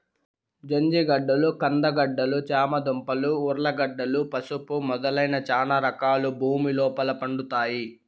జంజిగడ్డలు, కంద గడ్డలు, చామ దుంపలు, ఉర్లగడ్డలు, పసుపు మొదలైన చానా రకాలు భూమి లోపల పండుతాయి